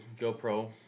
GoPro